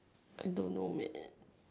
I don't know man